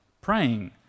praying